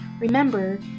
remember